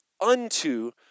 unto